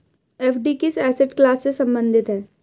FD किस asset class से संबंधित है?